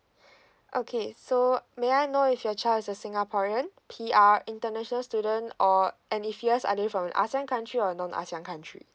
okay so may I know if your child is a singaporean P R international student or from asean country or non asean country